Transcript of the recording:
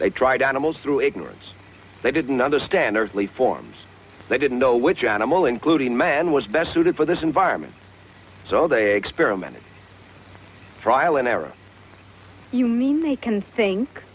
they tried animals through ignorance they didn't understand earthly forms they didn't know which animal including man was best suited for this environment so they experimented trial and error you mean they can think